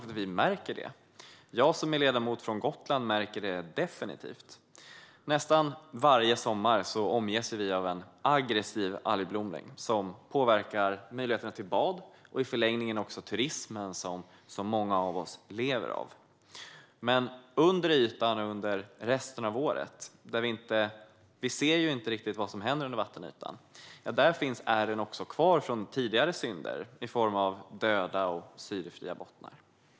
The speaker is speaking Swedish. Och jag som är ledamot från Gotland märker det definitivt. Nästan varje sommar omges vi av en aggressiv algblomning, som påverkar möjligheterna till bad och i förlängningen turismen som många av oss lever av. Under resten av året ser vi dock inte riktigt vad som händer. Men under vattenytan finns ärren från tidigare synder kvar, i form av döda och syrefria bottnar.